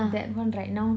that one right now